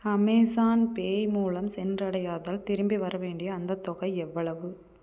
Amazon pay மூலம் சென்றடையாதால் திரும்பி வரவேண்டிய அந்தத் தொகை எவ்வளவு